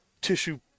tissue